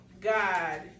God